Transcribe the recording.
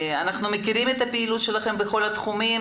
אנחנו מכירים את הפעילות שלכם בכל התחומים,